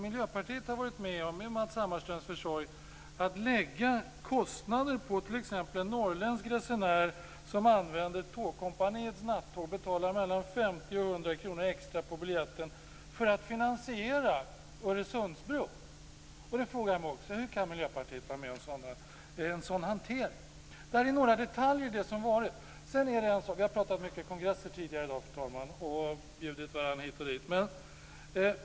Miljöpartiet har varit med om, med Matz Hammarströms försorg, att lägga kostnader på t.ex. en norrländsk resenär som använder Tågkompaniets nattåg, som får betala mellan 50 och 100 kr extra på biljetten för att finansiera Öresundsbron. Hur kan Miljöpartiet vara med om en sådan hantering? Detta är några detaljer i det som varit. Vi har talat mycket om kongresser tidigare i dag, fru talman, och bjudit varandra hit och dit.